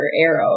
arrow